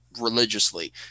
religiously